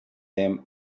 them